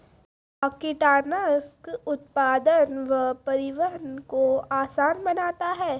कया कीटनासक उत्पादन व परिवहन को आसान बनता हैं?